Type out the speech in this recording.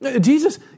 Jesus